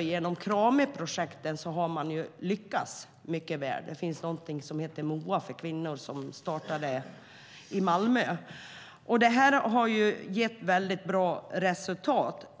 Genom Kramiprojektet har man lyckats väl. För kvinnor finns MOA som startade i Malmö, och det har gett bra resultat.